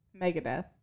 Megadeth